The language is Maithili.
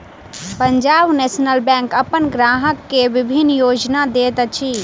पंजाब नेशनल बैंक अपन ग्राहक के विभिन्न योजना दैत अछि